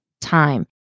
time